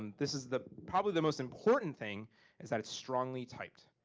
and this is the probably the most important thing is that it's strongly typed.